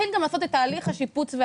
להתחיל את תהליך השיפוץ.